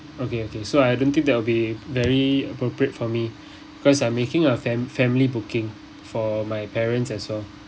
okay okay so I don't think that will be very appropriate for me cause I'm making a fam~ family booking for my parents as well